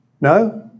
No